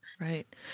Right